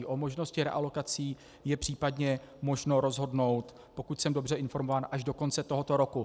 O možnosti realokací je případně možno rozhodnout, pokud jsem dobře informován, až do konce tohoto roku.